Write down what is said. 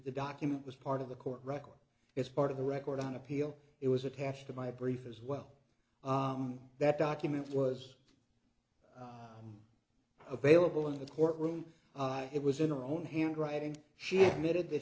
the document was part of the court record it's part of the record on appeal it was attached to my brief as well that document was available in the courtroom it was in our own handwriting she admitted that